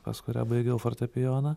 pas kurią baigiau fortepijoną